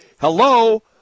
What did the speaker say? hello